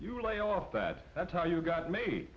you lay off that that's how you got me